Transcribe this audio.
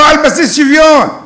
לא על בסיס שוויון.